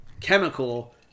chemical